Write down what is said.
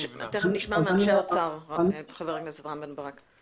תכף נשמע מאנשי האוצר, חבר הכנסת רם בן-ברק.